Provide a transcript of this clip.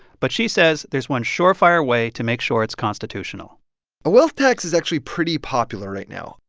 but she says there's one sure-fire way to make sure it's constitutional a wealth tax is actually pretty popular right now.